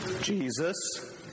Jesus